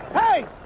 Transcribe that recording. hey!